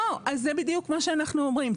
אז זה בדיוק מה שאנחנו אומרים.